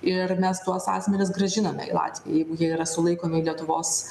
ir mes tuos asmenis grąžiname į latviją jeigu jie yra sulaikomi lietuvos